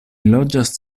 loĝas